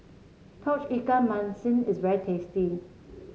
Tauge Ikan Masin is very tasty